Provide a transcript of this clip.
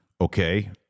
Okay